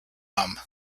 mom